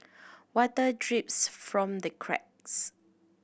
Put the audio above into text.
water drips from the cracks